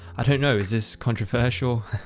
i don't know, is this controversial?